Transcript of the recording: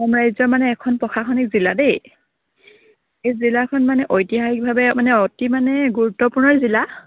অসম ৰাজ্যৰ মানে এখন প্ৰশাসনিক জিলা দেই এই জিলাখন মানে ঐতিহাসিকভাৱে মানে অতি মানে গুৰুত্বপূৰ্ণ জিলা